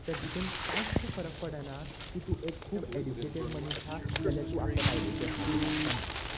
तर हितून कांयच फरक पडना की तूं एक खूब एड्युकेटेड मनीस आहा जाल्यार तूं आपल्या बायलेचेर हात उबारचो ना